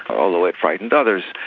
although it frightened others.